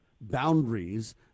boundaries